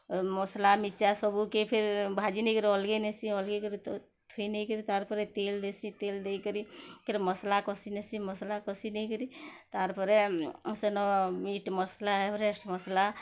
ଆଉ ମସଲା ମିରଚା ସବୁକେ ଫିର୍ ଭାଜି ନେଇ କରି ଅଲଗାଇ ନେସି ଅଲଗାଇ କରି ଥୁଇ ନେଇ କରି ତା'ର୍ ପରେ ତେଲ୍ ଦେଶୀ ତେଲ୍ ଦେଇ କରି ଫିର୍ ମସଲା କଷି ନେସି ମସଲା କଷି ନେଇ କରି ତା'ର୍ ପରେ ସେନ ମିଟ୍ ମସଲା ଏଭରେଷ୍ଟ ମସଲା